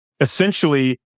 essentially